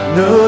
no